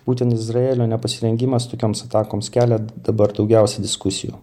būtent izraelio nepasirengimas tokioms atakoms kelia dabar daugiausia diskusijų